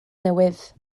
newydd